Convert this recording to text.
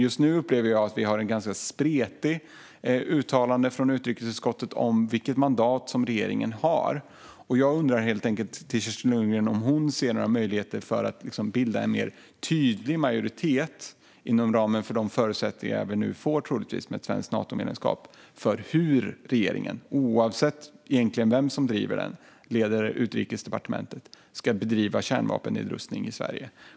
Just nu upplever jag att vi har ett ganska spretigt uttalande från utrikesutskottet om vilket mandat som regeringen har. Jag undrar helt enkelt om Kerstin Lundgren ser några möjligheter att bilda en mer tydlig majoritet inom ramen för de förutsättningar vi nu troligtvis får med ett svenskt Natomedlemskap när det handlar om hur regeringen, oavsett vem som leder Utrikesdepartementet, ska bedriva kärnvapennedrustning i Sverige.